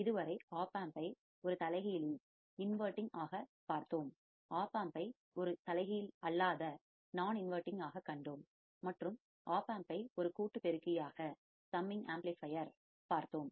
இதுவரை ஓப்பம்பை ஒரு தலைகீழி inverting inverting ஆக பார்த்தோம் ஓப்பம்பை ஒரு தலைகீழ் அல்லாததாகக் நான் இன்வடிங் non inverting ஆக கண்டோம் மற்றும் ஓப்பம்பை ஒரு கூட்டு பெருக்கியாக சம்மிங் ஆம்ப்ளிபையர் summing amplifier பார்த்தோம்